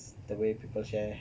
it's the way people share